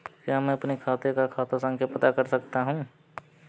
क्या मैं अपने खाते का खाता संख्या पता कर सकता हूँ?